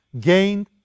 gained